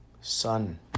Sun